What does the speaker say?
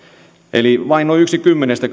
eli vain noin yksi kymmenestä